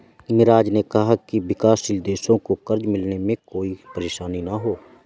मिराज ने कहा कि विकासशील देशों को कर्ज मिलने में कोई परेशानी न हो